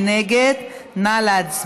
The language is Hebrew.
לא.